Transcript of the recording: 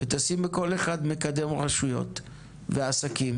ותשים בכל אחת מקדם רשויות ועסקים,